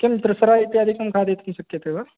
किं त्रिस्रा इत्यादिकं खादितुं शक्यते वा